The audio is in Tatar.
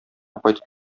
кайтып